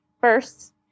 first